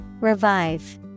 Revive